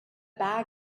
bag